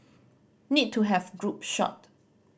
need to have group shot